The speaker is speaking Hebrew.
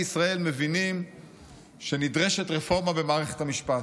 ישראל מבינים שנדרשת רפורמה במערכת המשפט.